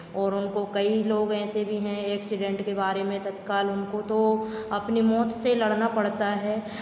और उनको कई लोग ऐसे भी हैं एक्सीडेंट के बारे में तत्काल उनको तो अपनी मौत से लड़ना पड़ता है